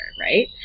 right